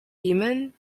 eamon